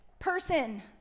person